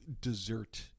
dessert